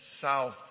south